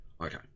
okay